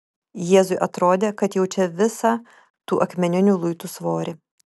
jėzui atrodė kad jaučia visą tų akmeninių luitų svorį